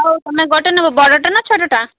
ହଉ ତୁମେ ଗୋଟେ ନେବ ବଡ଼ଟା ନା ଛୋଟଟା